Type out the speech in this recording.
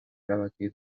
erabaki